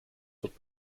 wird